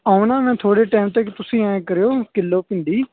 ਆਉਣਾ ਮੈਂ ਥੋੜ੍ਹੇ ਟੈਮ ਤੱਕ ਤੁਸੀਂ ਐਂ ਕਰਿਓ ਕਿੱਲੋ ਭਿੰਡੀ